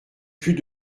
plus